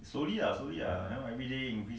later after this I think I go and ran